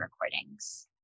recordings